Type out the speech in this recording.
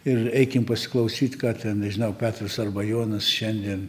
ir eikim pasiklausyt ką ten nežinau petras arba jonas šiandien